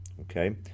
Okay